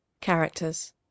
Characters